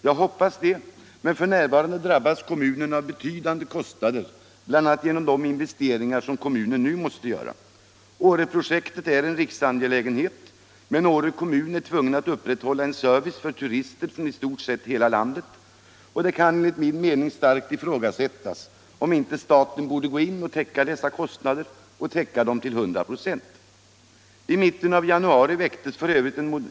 Jag hoppas det, men f. n. drabbas kommunen av betydande kostnader, bl.a. genom de investeringar som kommunen nu måste göra. Åreprojektet är en riksangelägenhet, men Åre kommun är tvungen att upprätthålla en service för turister från i stort sett hela landet, och det kan enligt min mening starkt ifrågasättas, om inte staten borde gå in och täcka dessa kostnader — och täcka dem till 100 96. I mitten av januari väcktes f.ö.